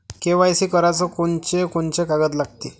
KYC कराच कोनचे कोनचे कागद लागते?